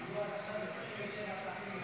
ההסתייגות לא התקבלה.